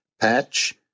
patch